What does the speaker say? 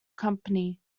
company